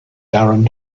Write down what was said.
darren